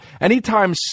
Anytime